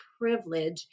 privilege